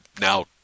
now